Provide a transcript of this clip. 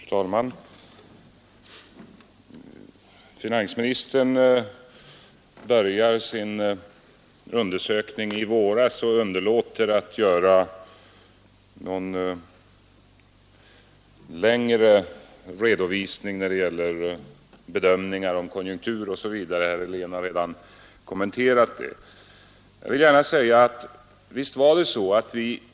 Fru talman! Finansminister Sträng började med att tala om de undersökningar som gjordes i våras och underlåter att redovisa konjunkturbedömningar som sträcker sig över någon längre tid. Det har herr Helén redan kommenterat.